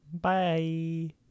Bye